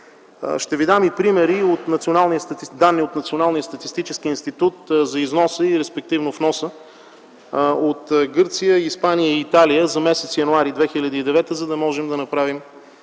Ще ви дам данни и от Националния статистически институт за износа, респективно вноса от Гърция, Испания и Италия за м. януари 2009 г., за да можем да направим